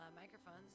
microphones